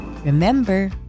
Remember